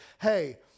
Hey